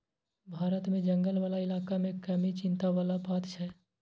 भारत मे जंगल बला इलाका मे कमी चिंता बला बात छै